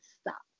stop